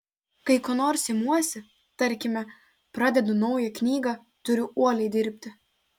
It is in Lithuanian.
kai ko nors imuosi tarkime pradedu naują knygą turiu uoliai dirbti